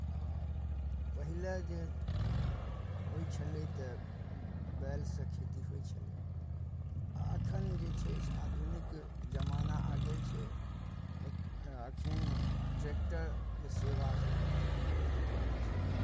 आ पहिले जे होइ छलै तऽ बैलसँ खेती होइ छलै आ एखन जे छै से आधुनिक जमाना आ गेल छै एखैन ट्रैक्टर सेवासँ हमसभ खेती करै छी